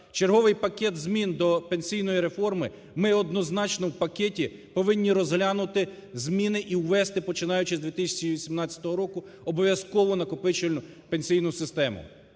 черговий пакет змін до пенсійної реформи, ми однозначно в пакеті повинні розглянути зміни і ввести, починаючи з 2018 року, обов'язкову накопичувальну пенсійну систему.